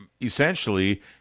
essentially